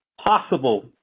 possible